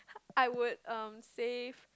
I would um save